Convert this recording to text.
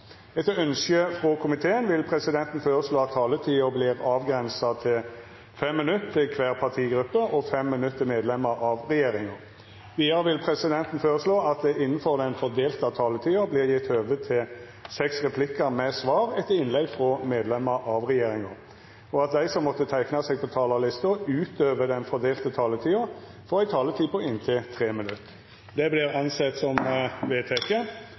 Etter ønske frå arbeids- og sosialkomiteen vil presidenten føreslå at taletida vert avgrensa til 3 minutt til kvar partigruppe og 3 minutt til medlemer av regjeringa. Vidare vil presidenten føreslå at det – innanfor den fordelte taletida – vert gjeve høve til inntil fem replikkar med svar etter innlegg frå medlemer av regjeringa, og at dei som måtte teikna seg på talarlista utover den fordelte taletida, får ei taletid på inntil 3 minutt. – Det er vedteke.